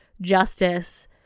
justice